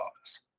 office